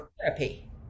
therapy